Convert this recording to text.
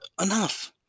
enough